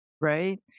right